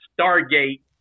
stargate